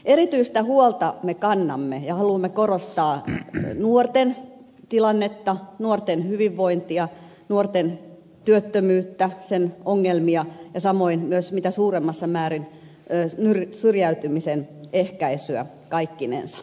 erityistä huolta me kannamme ja haluamme korostaa nuorten tilannetta nuorten hyvinvointia nuorten työttömyyttä sen ongelmia ja samoin myös mitä suuremmassa määrin syrjäytymisen ehkäisyä kaikkinensa